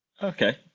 okay